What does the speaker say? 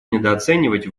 недооценивать